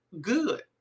good